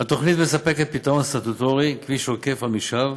התוכנית מספקת פתרון סטטוטורי, כביש עוקף עמישב.